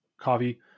coffee